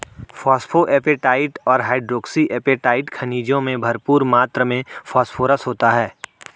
phosphoapatite और hydroxy apatite खनिजों में भरपूर मात्र में फोस्फोरस होता है